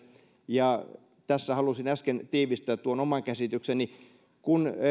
ja tässä halusin äsken tiivistää tuon oman käsitykseni kun